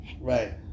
right